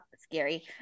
scary